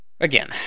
again